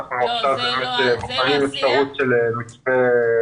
אנחנו בוחנים אפשרות של מתווה,